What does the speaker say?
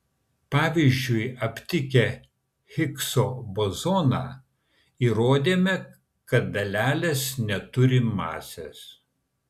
pavyzdžiui aptikę higso bozoną įrodėme kad dalelės neturi masės